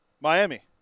Miami